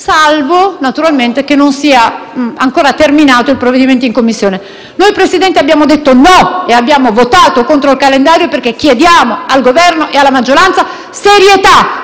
salvo, naturalmente, che non sia ancora terminato l'esame del provvedimento in Commissione. Noi, signor Presidente, abbiamo detto no e abbiamo votato contro questo calendario perché chiediamo, al Governo e alla maggioranza, serietà: